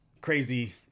crazy